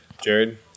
Jared